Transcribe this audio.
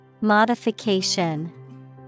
Modification